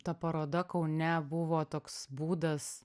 ta paroda kaune buvo toks būdas